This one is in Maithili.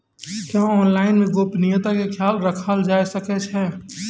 क्या ऑनलाइन मे गोपनियता के खयाल राखल जाय सकै ये?